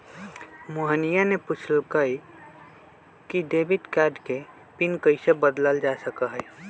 मोहिनीया ने पूछल कई कि डेबिट कार्ड के पिन कैसे बदल्ल जा सका हई?